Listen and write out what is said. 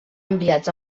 enviats